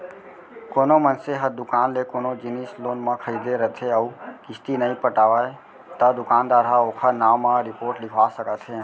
कोनो मनसे ह दुकान ले कोनो जिनिस लोन म खरीदे रथे अउ किस्ती नइ पटावय त दुकानदार ह ओखर नांव म रिपोट लिखवा सकत हे